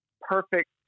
perfect